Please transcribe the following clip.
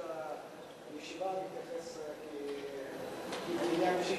אני לא חושב שמקובל שיושב-ראש הישיבה מתייחס כפגיעה אישית,